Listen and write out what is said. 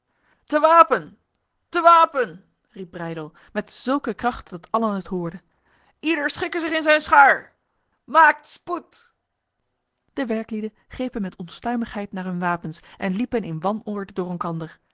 te wapen te wapen riep breydel met zulke kracht dat allen het hoorden ieder schikke zich in zijn schaar maakt spoed de werklieden grepen met onstuimigheid naar hun wapens en liepen in wanorde door elkander